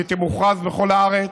והיא תמוכרז בכל הארץ,